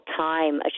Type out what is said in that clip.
time